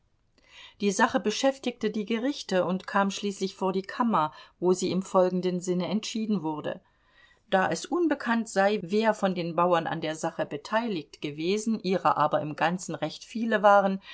die sache beschäftigte die gerichte und kam schließlich vor die kammer wo sie im folgenden sinne entschieden wurde da es unbekannt sei wer von den bauern an der sache beteiligt gewesen ihrer aber im ganzen recht viele waren